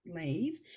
leave